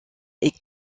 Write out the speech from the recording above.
est